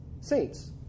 saints